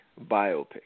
biopic